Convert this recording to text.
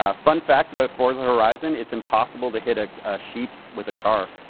ah fun fact about forza horizon, it's impossible to hit a sheep with a car.